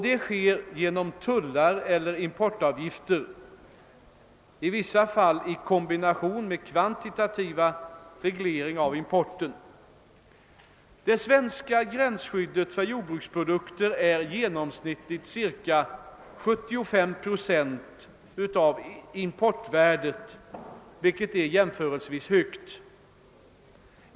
Detta sker genom tullar eller inportavgifter, i vissa fall i kombination med kvantitativ reglering av importen. Det svenska gränsskyddet för jordbruksprodukter är genomsnittligt ca 75 procent av importvärdet, vilket är jämförelsevis högt.